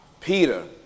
Peter